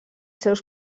seus